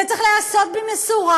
זה צריך להיעשות במשורה,